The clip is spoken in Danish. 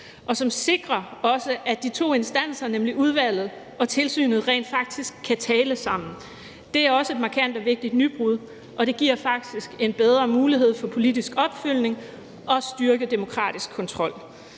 Det sikrer også, at de to instanser, nemlig udvalget og tilsynet, rent faktisk kan tale sammen. Det er også et markant og vigtigt nybrud, og det giver faktisk en bedre mulighed for politisk opfølgning og styrkelse af demokratisk kontrol.